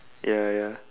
ya ya